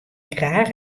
graach